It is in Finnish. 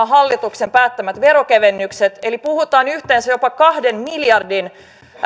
hallituksen päättämät veronkevennykset eli puhutaan yhteensä jopa kahden miljardin